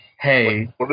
Hey